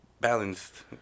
balanced